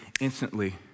instantly